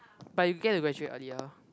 but you get to graduate earlier